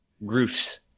roofs